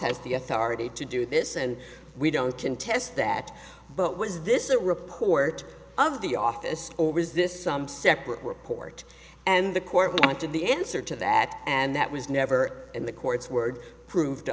has the authority to do this and we don't contest that but was this a report of the office or is this some separate report and the court wanted the answer to that and that was never in the court's word proved